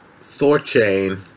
ThorChain